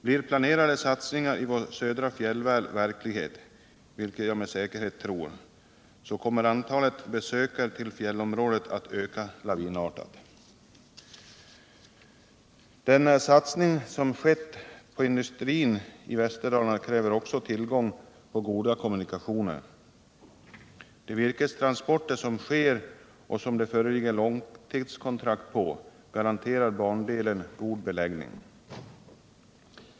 Blir planerade satsningar i våra södra fjällområden verklighet — vilket de med säkerhet gör — kommer antalet besökare till fjällområdet att öka lavinartat. Den satsning som skett på industrin i Västerdalarna kräver också tillgång till goda kommunikationer. De virkestransporter som sker och som det föreligger långtidskontrakt på garanterar bandelen god beläggning.